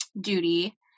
duty